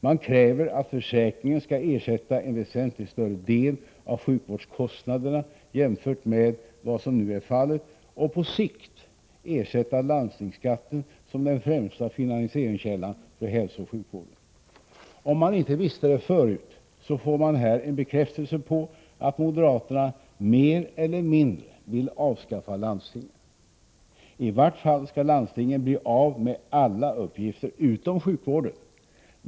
Man kräver att försäkringen skall ersätta en väsentligt större del av sjukvårdskostnaderna, jämfört med vad som nu är fallet, och på sikt ersätta landstingsskatten som den främsta finansieringskällan för hälsooch sjukvården. Om man inte visste det förut, får man här bekräftelse på att moderaterna mer eller mindre vill avskaffa landstingen. I varje fall skall landstingen bli av med alla uppgifter utom sjukvården.